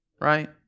right